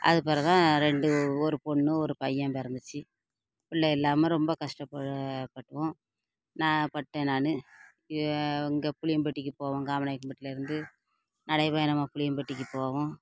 அதுக்கு பிறவு தான் ரெண்டு ஒரு பொண்ணு ஒரு பையன் பிறந்துச்சு பிள்ளை இல்லாமல் ரொம்ப கஷ்டப்பட்டோம் நான் பட்டேன் நானு இங்கே புளியம்பட்டிக்கும் போவோம் காமநாயக்கன் பட்டிலேருந்து நடைப்பயணமாக புளியம்பட்டிக்கு போவோம்